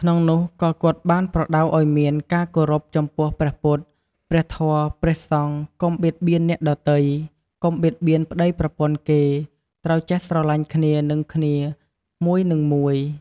ក្នុងនោះក៏គាត់បានប្រដៅឲ្យមាន ការគោរពចំពោះព្រះពុទ្ធ ព្រះធម៌ ព្រះសង្ឃ កុំបៀតបៀនអ្នកដទៃ កុំបៀតបៀនប្តីប្រពន្ធគេ ត្រូវចេះស្រលាញ់គ្នានិងគ្នាមួយនិងមួយ។